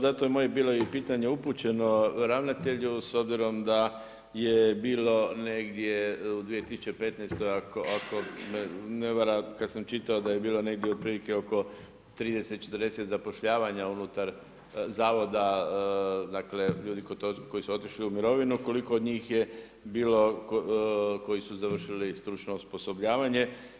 Zato je i moje bilo i pitanje upućeno ravnatelju, s obzirom da je bilo negdje u 2015. ako me ne vara, kad sam čitao, da je bilo negdje otprilike oko 30, 40 zapošljavanja unutar zavoda dakle, ljudi koji su otišli u mirovinu, koliko njih je bilo koji su završili stručno osposobljavanje.